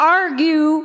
argue